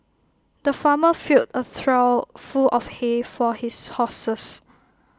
the farmer filled A trough full of hay for his horses